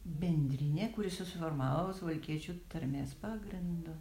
bendrinė kuri susiformavo suvalkiečių tarmės pagrindu